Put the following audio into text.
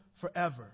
forever